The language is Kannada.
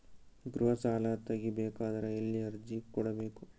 ಗೃಹ ಸಾಲಾ ತಗಿ ಬೇಕಾದರ ಎಲ್ಲಿ ಅರ್ಜಿ ಕೊಡಬೇಕು?